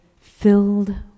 filled